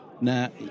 now